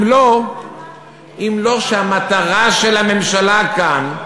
אם לא המטרה של הממשלה כאן,